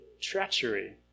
treachery